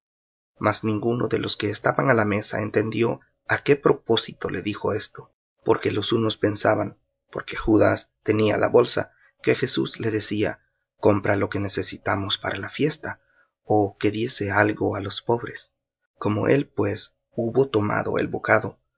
mas ninguno de los que estaban á la mesa entendió á qué propósito le dijo esto porque los unos pensaban por que judas tenía la bolsa que jesús le decía compra lo que necesitamos para la fiesta ó que diese algo á los pobres como él pues hubo tomado el bocado